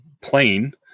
plane